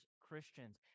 Christians